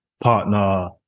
partner